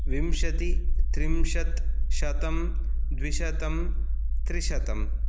विंशतिः त्रिंशत् शतं द्विशतं त्रिशतम्